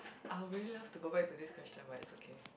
I will really love to go back to this question but it's okay